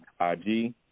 IG